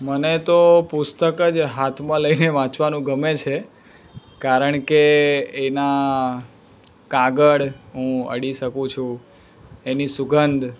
મને તો પુસ્તક જ હાથમાં લઈને વાંચવાનું ગમે છે કારણ કે એના કાગળ હું અડી શકું છું એની સુંગધ